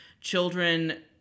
children